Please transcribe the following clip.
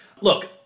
Look